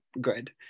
good